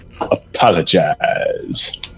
apologize